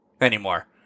Anymore